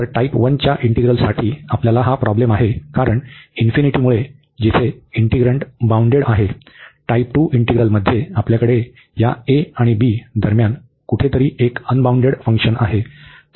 तर टाइप 1 च्या इंटीग्रलसाठी आपल्याला हा प्रॉब्लेम आहे कारण इन्फिनिटीमुळे जिथे इंटिग्रन्ड बाउंडेड आहे टाइप 2 इंटिग्रलमध्ये आपल्याकडे या a आणि b दरम्यान कुठेतरी एक अनबाउंडेड फंक्शन आहे